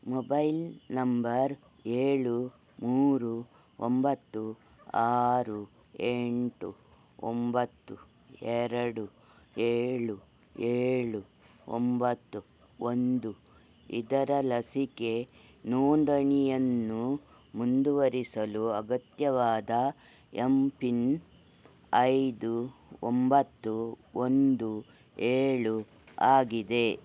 mobile number ಏಳು ಮೂರು ಒಂಬತ್ತು ಆರು ಎಂಟು ಒಂಬತ್ತು ಎರಡು ಏಳು ಏಳು ಒಂಬತ್ತು ಒಂದು ಇದರ ಲಸಿಕೆ ನೊಂದಣಿಯನ್ನು ಮುಂದುವರಿಸಲು ಅಗತ್ಯವಾದ ಎಮ್ ಪಿನ್ ಐದು ಒಂಬತ್ತು ಒಂದು ಏಳು ಆಗಿದೆ